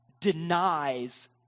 denies